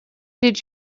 did